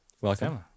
Welcome